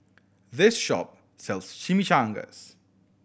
this shop sells Chimichangas